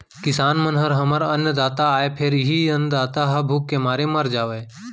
किसान मन ह हमर अन्नदाता आय फेर इहीं अन्नदाता ह भूख के मारे मर जावय